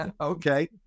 Okay